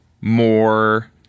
more